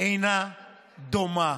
אינה דומה